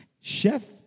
chef